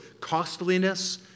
costliness